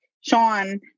Sean